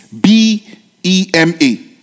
B-E-M-A